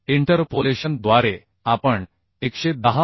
तर इंटरपोलेशन द्वारे आपण 110